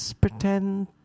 pretend